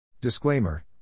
Disclaimer